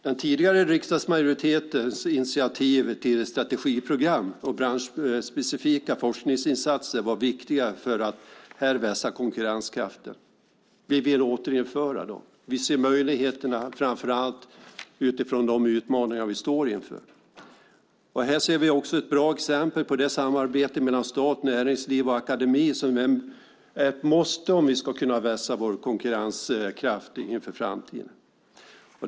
Den tidigare riksdagsmajoritetens initiativ till strategiprogram och branschspecifika forskningsinsatser var viktiga för att vässa konkurrenskraften. Vi vill återinföra dem. Vi ser möjligheterna framför allt utifrån de utmaningar vi står inför. Här ser vi också ett bra exempel på det samarbete mellan stat, näringsliv och akademi som är ett måste om vi ska kunna vässa vår konkurrenskraft inför framtiden.